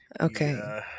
Okay